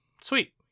sweet